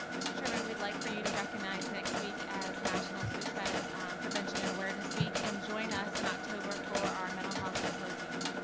mr. chairman, we'd like for you to recognize next week as national suicide prevention and awareness week and join us in october for our mental health symposium.